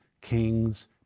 kings